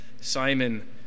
Simon